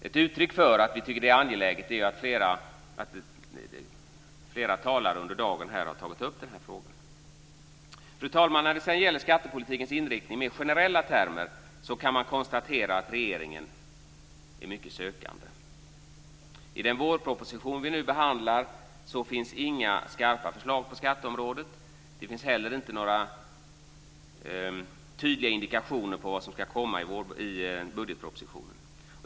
Ett uttryck för att vi tycker att det är angeläget är ju att flera talare har tagit upp den här frågan under dagen. Fru talman! När det sedan gäller skattepolitikens inriktning i generella termer kan man konstatera att regeringen är mycket sökande. I den vårproposition vi nu behandlar finns inga skarpa förslag på skatteområdet. Det finns inte heller några tydliga indikationer på vad som ska komma i budgetpropositionen.